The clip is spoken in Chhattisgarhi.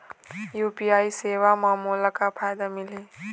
यू.पी.आई सेवा म मोला का फायदा मिलही?